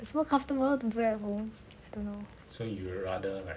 it's more comfortable to do at home I don't know